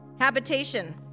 Habitation